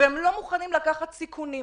והם לא מוכנים לקחת סיכונים.